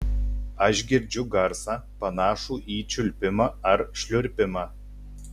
aš girdžiu garsą panašų į čiulpimą ar šliurpimą